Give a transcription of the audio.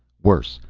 worse,